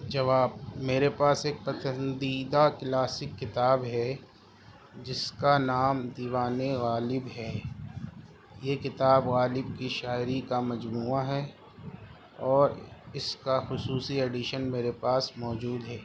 جواب میرے پاس ایک پسندیدہ کلاسک کتاب ہے جس کا نام دیوان غالب ہے یہ کتاب غالب کی شاعری کا مجموعہ ہے اور اس کا خصوصی ایڈیشن میرے پاس موجود ہے